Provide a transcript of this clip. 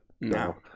No